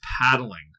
paddling